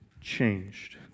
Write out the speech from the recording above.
changed